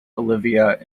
olivia